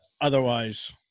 Otherwise